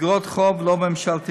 איגרות חוב לא ממשלתיות.